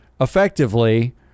effectively